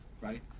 right